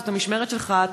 זאת המשמרת שלך,